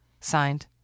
Signed